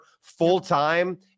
full-time